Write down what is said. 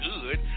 good